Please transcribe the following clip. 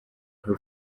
her